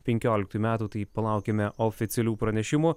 penkioliktųjų metų tai palaukime oficialių pranešimų